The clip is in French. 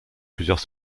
plusieurs